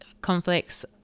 conflicts